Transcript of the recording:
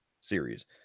series